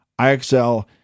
IXL